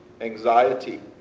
anxiety